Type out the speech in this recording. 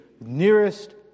nearest